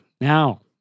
now